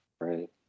Right